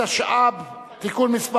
(תיקון מס'